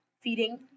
Feeding